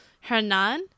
Hernan